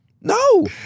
No